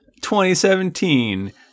2017